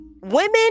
Women